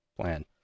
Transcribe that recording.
plan